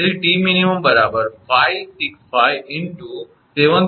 તેથી 𝑇𝑚𝑖𝑛 565